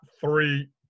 three